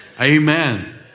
Amen